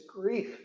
grief